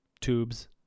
tubes